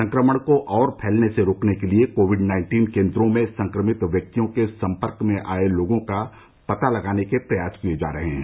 संक्रमण को और फैलने से रोकने के लिए कोविड नाइन्टीन केंद्रों में संक्रमित व्यक्तियों के सम्पर्क में आए लोगों का पता लगाने के प्रयास किए जा रहे हैं